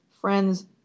friends